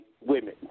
women